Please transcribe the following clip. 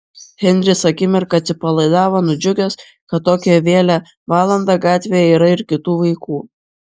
henris akimirką atsipalaidavo nudžiugęs kad tokią vėlią valandą gatvėje yra ir kitų vaikų